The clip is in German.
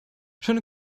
schöne